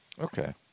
Okay